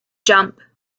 jump